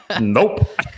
Nope